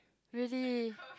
really